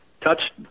touched